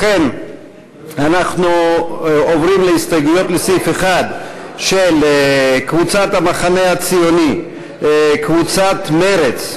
לכן אנחנו עוברים להסתייגויות לסעיף 1 של חברי הכנסת יצחק הרצוג,